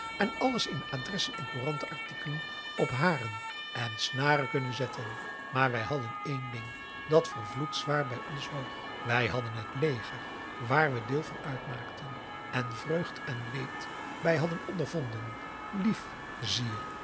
en alles in adressen en couranten artikelen op haren en snaren kunnen zetten maar wij hadden één ding dat vervloekt p a daum de van der lindens c s onder ps maurits zwaar bij ons woog wij hadden het leger waar we deel van uitmaakten en vreugd en leed bij hadden ondervonden lief zie je